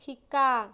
শিকা